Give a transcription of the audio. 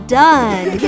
done